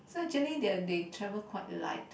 so actually they they travel quite light